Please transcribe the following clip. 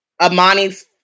Amani's